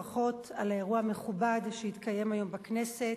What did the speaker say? ברכות על האירוע המכובד שהתקיים היום בכנסת,